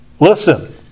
Listen